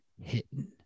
hidden